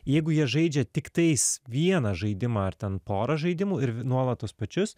jeigu jie žaidžia tiktais vieną žaidimą ar ten porą žaidimų ir nuolat tuos pačius